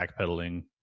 backpedaling